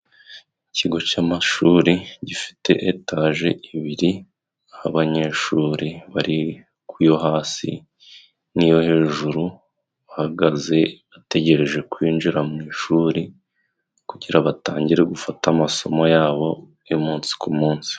Ikigo c'amashuri gifite etaje ibiri abanyeshuri bari ku yo hasi n'iyo hejuru bahagaze bategereje kwinjira mu ishuri kugira batangire gufata amasomo yabo y'umunsi k'umunsi.